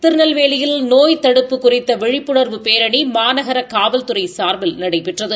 திருநெல்வேலியில் நோய் தடுப்பு குறித்த விழிப்புணா்வு பேரணி மாநாகர காவல்துறை சாா்பில் நடைபெற்றது